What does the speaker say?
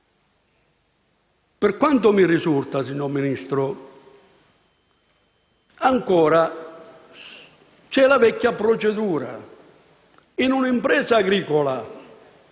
Per quanto mi risulta, signor Ministro, ancora c'è la vecchia procedura: un'impresa agricola